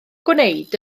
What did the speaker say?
gwneud